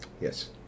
Yes